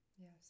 Yes